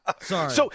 Sorry